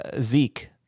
Zeke